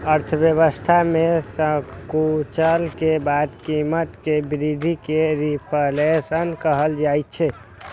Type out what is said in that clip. अर्थव्यवस्था मे संकुचन के बाद कीमत मे वृद्धि कें रिफ्लेशन कहल जाइ छै